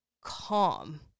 calm